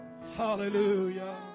Hallelujah